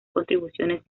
contribuciones